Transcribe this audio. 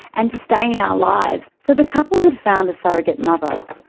and to stay in our lives? so the couple had found a surrogate mother,